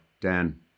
Dan